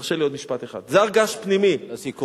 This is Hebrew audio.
תרשה לי עוד משפט אחד, זה הר געש פנימי, לסיכום.